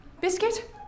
Biscuit